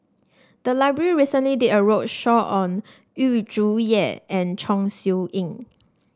the library recently did a roadshow on Yu Zhuye and Chong Siew Ying